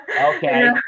Okay